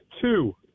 Two